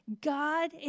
God